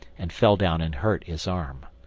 and fell down and hurt his arm.